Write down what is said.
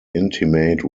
intimate